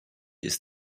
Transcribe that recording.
ist